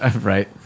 Right